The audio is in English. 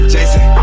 Jason